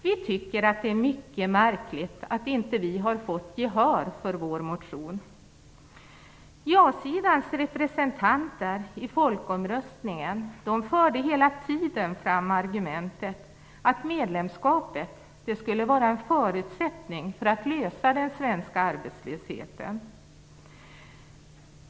Vi tycker att det är mycket märkligt att vi inte har fått gehör för vår motion. Ja-sidans representanter i folkomröstningen förde hela tiden fram argumentet att medlemskapet skulle vara en förutsättning för att lösa problemet med den svenska arbetslösheten.